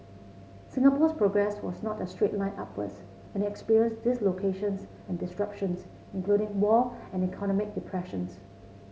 Singapore's progress was not a straight line upwards and it experienced dislocations and disruptions including war and economic depressions